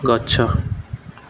ଗଛ